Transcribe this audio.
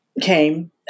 came